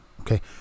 Okay